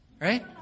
right